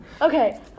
okay